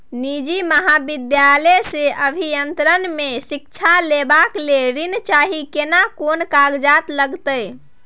निजी महाविद्यालय से अभियंत्रण मे शिक्षा लेबा ले ऋण चाही केना कोन कागजात लागतै?